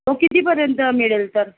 तो कितीपर्यंत मिळेल तर